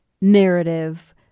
narrative